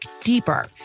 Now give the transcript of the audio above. deeper